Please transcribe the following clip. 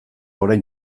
orain